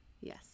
Yes